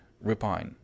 repine